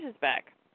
back